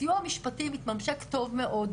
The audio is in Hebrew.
הסיוע המשפטי מתממשק טוב מאד,